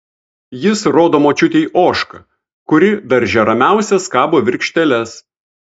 jis rodo močiutei ožką kuri darže ramiausia skabo virkšteles